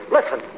Listen